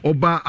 Oba